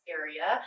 area